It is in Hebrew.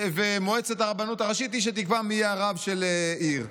מועצת הרבנות הראשית היא שתקבע מי יהיה הרב של העיר.